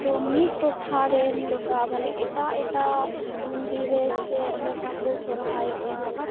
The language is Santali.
ᱛᱚ ᱢᱤᱫᱴᱚᱴᱷᱟ ᱨᱮᱱ ᱞᱮᱠᱟ ᱢᱟᱱᱮ ᱮᱴᱟ ᱮᱴᱟ ᱫᱤᱱᱨᱮ ᱪᱮᱫ ᱞᱮᱠᱟ ᱠᱚ ᱥᱚᱨᱦᱟᱭᱚᱜᱼᱟ